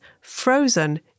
frozen